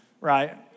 right